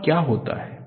और क्या होता है